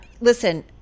Listen